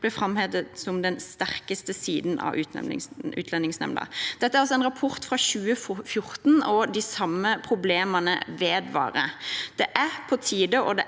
ble framhevet som den sterkeste siden ved Utlendingsnemnda. Dette er altså en rapport fra 2014, og de samme problemene vedvarer. Det er på tide og